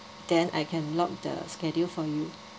then I can log the schedule for you